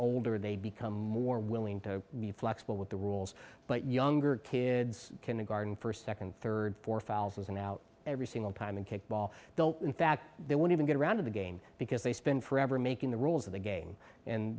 older they become more willing to be flexible with the rules but younger kids kindergarten first second third fourth and out every single time in kickball don't in fact they want to get around to the game because they spend forever making the rules of the game